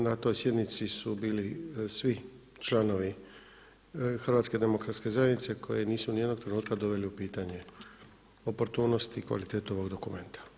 Na toj sjednici su bili svi članovi HDZ-a koji nisu niti jednog trenutka doveli u pitanje oportunost i kvalitetu ovog dokumenta.